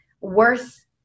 worth